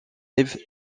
live